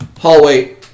hallway